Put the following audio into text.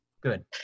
good